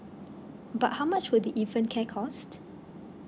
but how much would the infant care cost